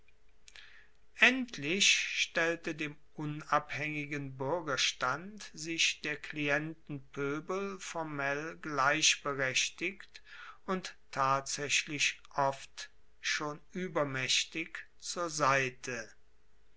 endlich stellte dem unabhaengigen buergerstand sich der klientenpoebel formell gleichberechtigt und tatsaechlich oft schon uebermaechtig zur seite